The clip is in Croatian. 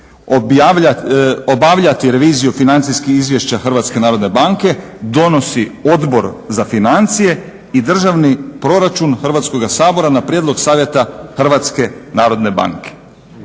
obavljati reviziju financijskih izvješća HNB-a donosi Odbor za financije i državni proračun Hrvatskog sabora na prijedlog Savjeta HNB-a. Dakle, Savjet